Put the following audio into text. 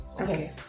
Okay